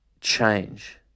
change